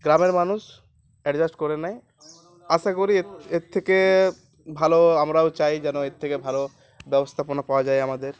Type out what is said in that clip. গ্রামের মানুষ অ্যাডজাস্ট করে নেয় আশা করি এর থেকে ভালো আমরাও চাই যেন এর থেকে ভালো ব্যবস্থাপনা পাওয়া যায় আমাদের